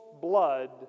blood